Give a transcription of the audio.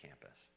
campus